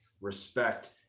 respect